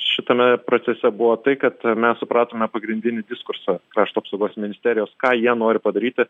šitame procese buvo tai kad mes supratome pagrindinį diskursą krašto apsaugos ministerijos ką jie nori padaryti